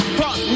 fuck